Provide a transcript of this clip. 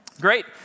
Great